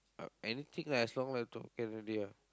uh anything lah as long laptop can already ah